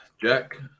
Jack